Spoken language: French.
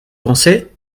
pensez